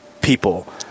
people